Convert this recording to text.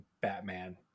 batman